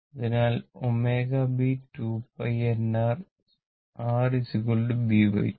അതിനാൽ ωb 2 π n r r b2